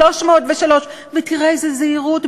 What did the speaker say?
303. ותראה איזו זהירות,